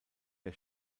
der